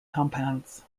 compounds